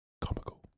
comical